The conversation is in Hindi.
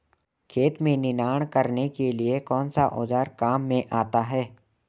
खेत में निनाण करने के लिए कौनसा औज़ार काम में आता है?